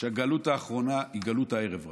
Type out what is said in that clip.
שהגלות האחרונה היא גלות הערב רב.